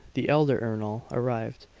the elder ernol arrived,